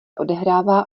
odehrává